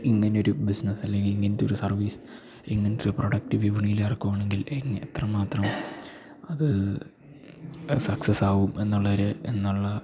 ഇങ്ങനെ ഒരു ബിസിനെസ്സല്ലങ്കിൽ ഇങ്ങനത്തൊരു സർവീസ് ഇങ്ങനത്തൊരു പ്രൊഡക്റ്റ് വിപണീലിറക്കുവാണെങ്കിൽ എങ് എത്ര മാത്രം അത് സക്സെസ്സാവും എന്നുള്ള ഒരു എന്നുള്ള